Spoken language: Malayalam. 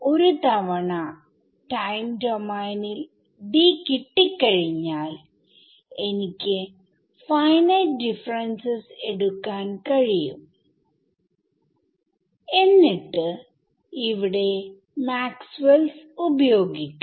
ഒരു തവണ ടൈം ഡോമൈനിൽ D കിട്ടിക്കഴിഞ്ഞാൽഎനിക്ക് ഫൈനൈറ്റ് ഡിഫറെൻസസ് എടുക്കാൻ കഴിയും എന്നിട്ട് ഇവിടെ മാക്സ്വെൽസ് Maxwellsഉപയോഗിക്കും